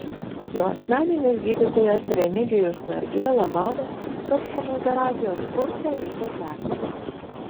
jo asmeninis gydytojas remigijus nargėla mano kad chemoterapijos kursą reikia tęsti